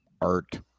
art